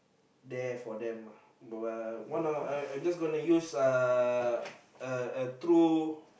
there for them uh one I I just gonna use uh a a true